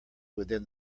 within